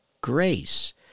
grace